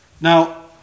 Now